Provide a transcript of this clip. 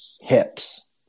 HIPs